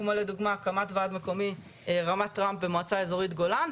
כמו לדוגמא הקמת ועד מקומי רמת טרמפ במועצה אזורית גולן,